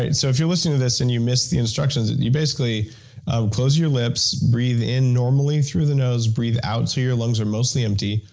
and so if you're listening to this and you missed the instructions you basically close your lips, breathe in normally through the nose breathe out so your lungs are mostly empty,